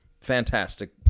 Fantastic